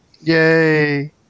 Yay